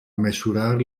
mesurar